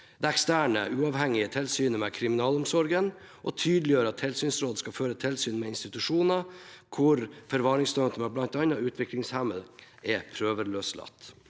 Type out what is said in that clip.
det eksterne, uavhengige tilsynet med kriminalomsorgen og tydeliggjør at tilsynsrådet skal føre tilsyn med institusjoner hvor forvaringsdømte med bl.a. utviklingshemming er prøveløslatt.